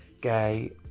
gay